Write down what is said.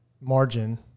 margin